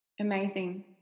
amazing